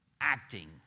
acting